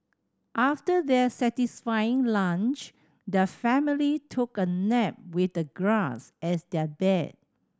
after their satisfying lunch their family took a nap with the grass as their bed